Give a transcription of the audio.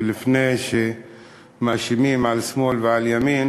לפני שמאשימים על שמאל ועל ימין